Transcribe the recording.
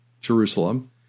Jerusalem